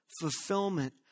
Fulfillment